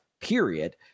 period